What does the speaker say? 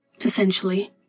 essentially